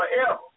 forever